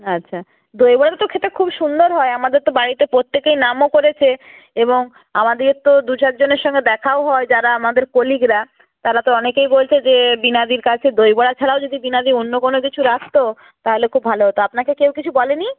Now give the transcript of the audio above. আচ্ছা দই বড়া তো খেতে খুব সুন্দর হয় আমাদের তো বাড়িতে প্রত্যেকে নামও করেছে এবং আমাদের তো দু চার জনের সঙ্গে দেখাও হয় যারা আমাদের কলিগরা তারা তো অনেকেই বলছে যে বীণাদির কাছে দই বড়া ছাড়াও যদি বীণাদি অন্য কোনও কিছু রাখত তাহলে খুব ভালো হত আপনাকে কেউ কিছু বলেনি